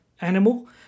animal